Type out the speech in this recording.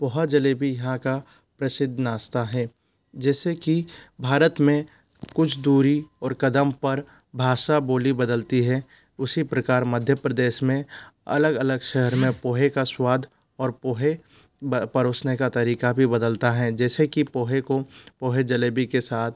पोहा जेलेबी यहाँ का प्रसिद्ध नाश्ता हैं जैसे की भारत में कुछ दूरी और कदम पर भाषा बोली बदलती हैं उसी प्रकार मध्य प्रदेश में अलग अलग शहर में पोहे का स्वाद और पोहे परोसने का तरीका भी बदलता हैं जैसे की पोहे को पोहे जेलेबी के साथ